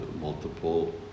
multiple